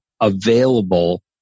available